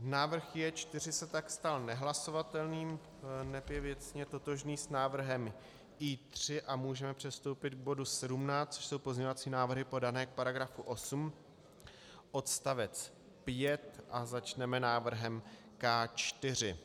Návrh J4 se tak stal nehlasovatelným, neb je věcně totožný s návrhem I3, a můžeme přestoupit k bodu 17, což jsou pozměňovací návrhy podané k § 8 odst. 5, a začneme návrhem K4.